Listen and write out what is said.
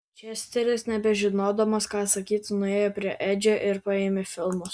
česteris nebežinodamas ką sakyti nuėjo prie edžio ir paėmė filmus